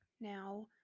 Now